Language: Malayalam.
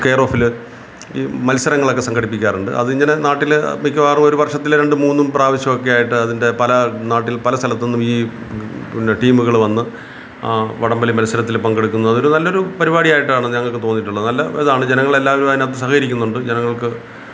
കെയറോഫില് ഈ മത്സരങ്ങളൊക്കെ സംഘടിപ്പിക്കാറുണ്ട് അതിങ്ങനെ നാട്ടില് മിക്കവാറും ഒരു വർഷത്തില് രണ്ട് മൂന്നും പ്രാവശ്യമൊക്കെയായിട്ട് അതിന്റെ പലാ നാട്ടിൽ പല സലത്തൂന്നുമീ പിന്നെ ടീമുകള് വന്ന് വടംവലി മത്സരത്തിൽ പങ്കെടുക്കുന്ന അതൊരു നല്ലൊരു പരിപാടിയായിട്ടാണ് ഞങ്ങള്ക്ക് തോന്നിയിട്ടുള്ളത് നല്ല ഇതാണ് ജനങ്ങളെല്ലാവരും അതിനകത്ത് സഹകരിക്കുന്നുണ്ട് ജനങ്ങൾക്ക്